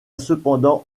cependant